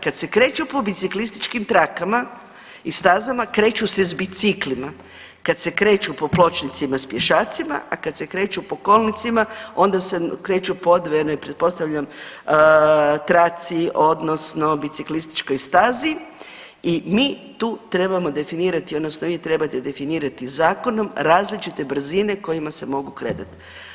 Kad se kreću po biciklističkim trakama i stazama kreću se s biciklima, kad se kreću po pločnicima s pješacima, a kad se kreću po kolnicima onda se kreću pod pretpostavljam traci odnosno biciklističkoj stazi i mi tu trebamo definirati odnosno vi trebate definirate zakonom različite brzine kojima se mogu kretati.